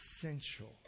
essential